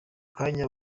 kanya